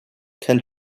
can